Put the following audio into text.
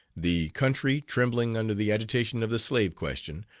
the country, trembling under the agitation of the slave question,